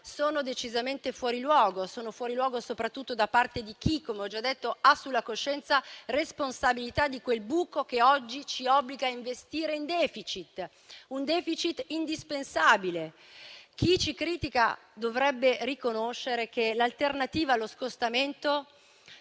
sono decisamente fuori luogo, soprattutto da parte di chi - come ho già detto - ha sulla coscienza la responsabilità di quel buco che oggi ci obbliga a investire in *deficit*, un *deficit* indispensabile. Chi ci critica dovrebbe riconoscere che l'alternativa allo scostamento